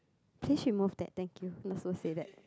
please you move that thank you not so say that